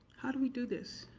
how do we do this?